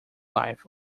life